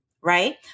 right